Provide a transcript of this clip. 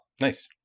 Nice